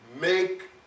make